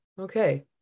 Okay